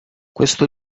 questo